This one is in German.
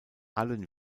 allen